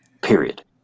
Period